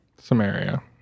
Samaria